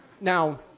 Now